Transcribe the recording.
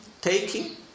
taking